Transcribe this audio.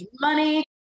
money